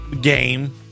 game